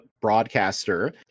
broadcaster